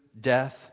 death